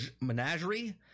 menagerie